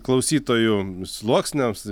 klausytojų sluoksniams